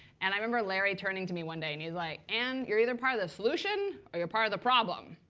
and i remember larry turning to me one day. and he's like, anne, you're either part of the solution or you're part of the problem.